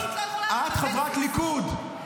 את חברת ליכוד,